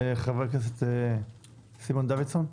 חבר הכנסת, סימון דוידסון,